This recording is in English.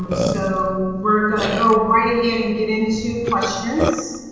but so we're gonna go right ahead and get into questions